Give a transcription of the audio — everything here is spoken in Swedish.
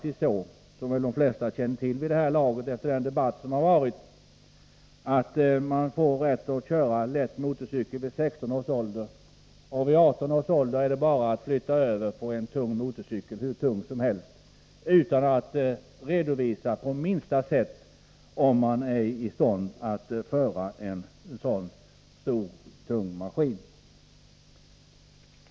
Som de flesta känner till efter den debatt som förevarit får den som klarat körkort för lätt motorcykel vid 16 års ålder automatiskt flytta över till en hur tung motorcykel som helst vid 18 års ålder. Vederbörande behöver inte på minsta sätt redovisa om han eller hon är i stånd att föra en så tung och stor maskin.